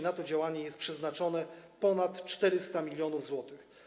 Na to działanie jest przeznaczone ponad 400 mln zł.